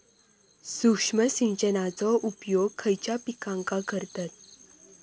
सूक्ष्म सिंचनाचो उपयोग खयच्या पिकांका करतत?